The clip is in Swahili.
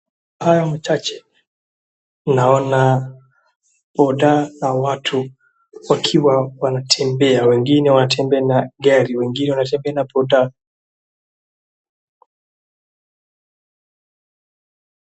Hayo machache, naona boda na watu wakiwa wanatembea , wengine wanatembea na gari wengine wanatembea na boda .